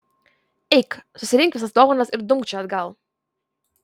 eik susirink visas dovanas ir dumk čia atgal